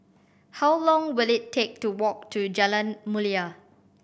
how long will it take to walk to Jalan Mulia